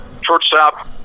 Shortstop